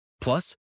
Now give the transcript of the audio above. Plus